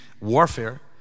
warfare